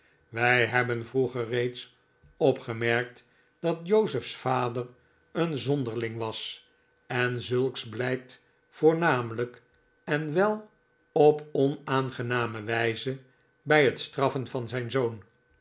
wij hebben vroeger reeds opgemerkt dat jozef's vader een zonderling was en zulks blijkt voornamelijk en wel op onaangename wijze bij het straffen van zijn zoon